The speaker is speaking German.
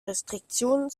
restriktionen